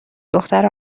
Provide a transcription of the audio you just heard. دختره